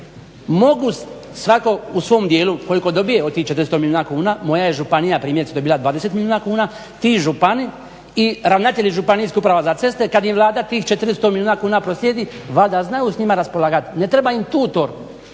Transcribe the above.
mogu svatko u svom dijelu koliko dobije od tih 400 milijuna kuna, moja je županija primjerice dobila 20 milijuna kuna, ti župani i ravnatelji županijskih uprava za ceste kada im Vlada tih 400 milijuna kuna proslijedi valjda znaju s njima raspolgati, ne treba im tutor